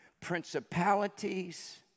principalities